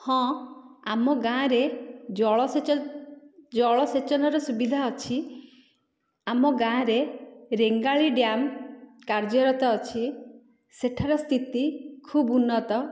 ହଁ ଆମ ଗାଁରେ ଜଳସେଚନର ସୁବିଧା ଅଛି ଆମ ଗାଁରେ ରେଙ୍ଗାଲି ଡ୍ୟାମ୍ କାର୍ଯ୍ୟରତ ଅଛି ସେଠାର ସ୍ଥିତି ଖୁବ୍ ଉନ୍ନତ